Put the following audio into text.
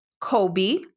Kobe